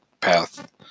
path